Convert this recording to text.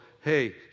hey